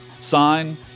sign